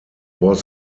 was